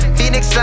Phoenix